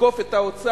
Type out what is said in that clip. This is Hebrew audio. לתקוף את האוצר